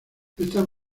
estas